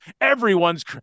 everyone's